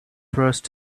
first